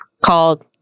called